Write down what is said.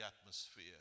atmosphere